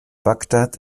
bagdad